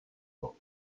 pas